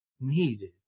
needed